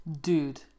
dude